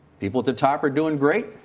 people at the top are doing great,